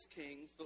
kings